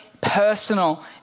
personal